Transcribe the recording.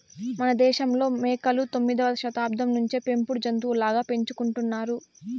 మనదేశంలో మేకలు తొమ్మిదవ శతాబ్దం నుంచే పెంపుడు జంతులుగా పెంచుకుంటున్నారు